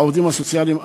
העובדים הסוציאליים,